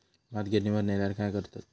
भात गिर्निवर नेल्यार काय करतत?